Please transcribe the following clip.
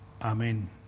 Amen